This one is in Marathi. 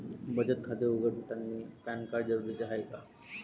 बचत खाते उघडतानी पॅन कार्ड जरुरीच हाय का?